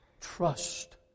Trust